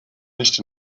nicht